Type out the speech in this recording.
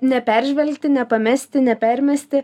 neperžvelgti nepamesti nepermesti